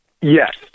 Yes